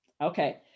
Okay